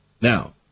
Now